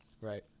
Right